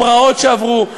הפרעות שעברו,